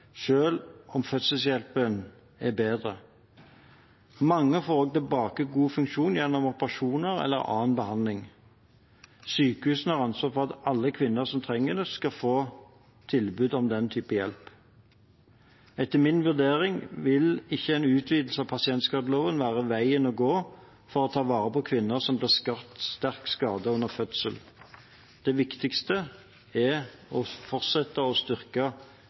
om fødselshjelpen er bedre. Mange får også tilbake god funksjon gjennom operasjoner eller annen behandling. Sykehusene har ansvar for at alle kvinner som trenger det, skal få tilbud om den type hjelp. Etter min vurdering vil ikke en utvidelse av pasientskadeloven være veien å gå for å ta vare på kvinner som blir sterkt skadet under fødsel. Det viktigste er å fortsette å styrke